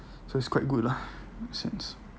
so it's quite good lah since